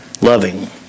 Loving